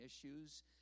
issues